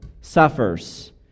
suffers